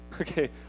Okay